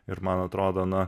ir man atrodo na